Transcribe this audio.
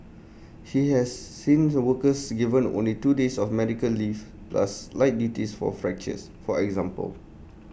he has seen workers given only two days of medical leave plus light duties for fractures for example